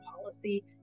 policy